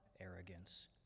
arrogance